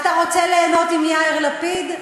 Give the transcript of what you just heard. אתה רוצה ליהנות עם יאיר לפיד?